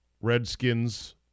Redskins